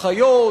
אחיות,